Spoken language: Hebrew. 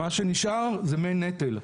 מה שנשאר זה מי נטל.